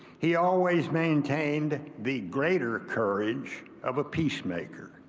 he always maintained the greater courage of a peacemaker.